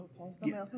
Okay